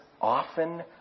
often